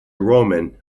roman